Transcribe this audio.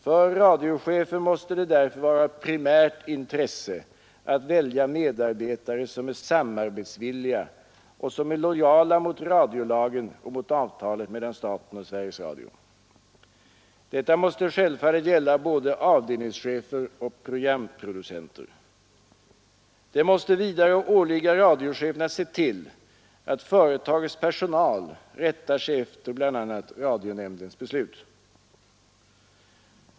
För radiochefen måste det därför vara av primärt intresse att välja medarbetare som är samarbetsvilliga och som är lojala mot radiolagen och mot avtalet mellan staten och Sveriges Radio, Detta måste självfallet gälla både avdelningschefer och programproducenter. Det måste vidare åligga radiochefen att se till att företagets personal rättar sig efter bl.a. radionämndens beslut.